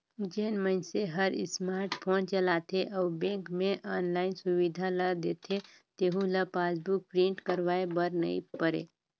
जेन मइनसे हर स्मार्ट फोन चलाथे अउ बेंक मे आनलाईन सुबिधा ल देथे तेहू ल पासबुक प्रिंट करवाये बर नई परे